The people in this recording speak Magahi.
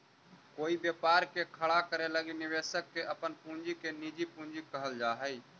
कोई व्यापार के खड़ा करे लगी निवेशक के अपन पूंजी के निजी पूंजी कहल जा हई